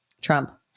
Trump